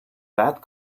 that